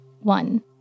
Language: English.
one